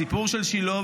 הסיפור של שילה,